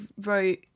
wrote